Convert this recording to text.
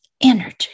energy